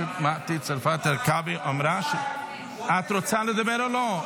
--- חברת הכנסת מטי צרפתי הרכבי אמרה --- את רוצה לדבר או לא,